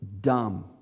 dumb